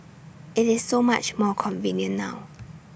IT is so much more convenient now